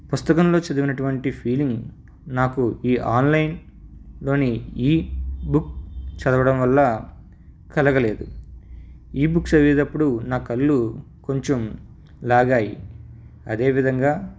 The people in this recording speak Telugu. పుస్తకంలో చదివినటువంటి ఫీలింగ్ నాకు ఈ ఆన్లైన్లోని ఈబుక్ చదవడం వల్ల కలగలేదు ఈబుక్ చదివేటప్పుడు నా కళ్ళు కొంచెం లాగాయి అదేవిధంగా